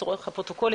התחלואה הכפולה,